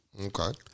Okay